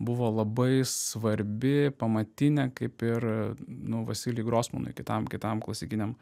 buvo labai svarbi pamatinė kaip ir nu vasilij grosmanui kitam kitam klasikiniam